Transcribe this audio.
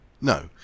No